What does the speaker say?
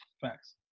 Facts